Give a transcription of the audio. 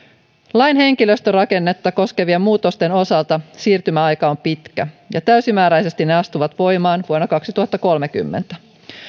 lain henkilöstörakennetta koskevien muutosten osalta siirtymäaika on pitkä ja täysimääräisesti ne astuvat voimaan vuonna kaksituhattakolmekymmentä